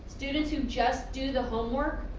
students who just do the home work,